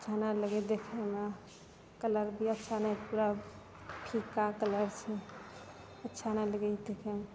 अच्छा नहि लागै देखैमे कलर भी अच्छा नहि ओकरा फीका कलर छै अच्छा नहि लगै छै देखैमे